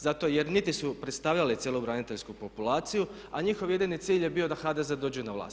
Zato jer niti su predstavljali cjelobraniteljsku populaciju a njihov jedini cilj je bio da HDZ dođe na vlast.